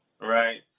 right